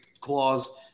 clause